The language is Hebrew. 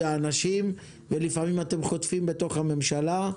האנשים ולפעמים אתם חוטפים בתוך הממשלה.